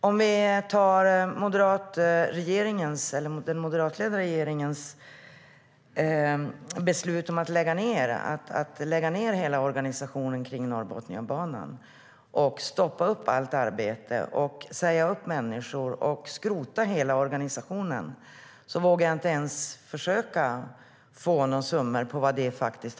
Om vi tar den moderatledda regeringens beslut om att lägga ned hela organisationen kring Norrbotniabanan, stoppa allt arbete, säga upp människor och skrota hela organisationen vågar jag inte ens försöka få fram några summor på vad det har kostat.